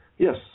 Yes